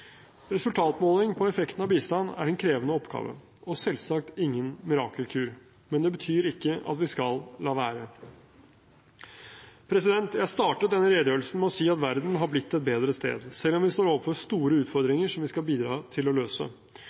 Resultatmåling på effekten av bistand er en krevende oppgave, og selvsagt ingen mirakelkur. Men det betyr ikke at vi skal la være. Jeg startet denne redegjørelsen med å si at verden har blitt et bedre sted, selv om vi står overfor store utfordringer som vi skal bidra til å løse.